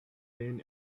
then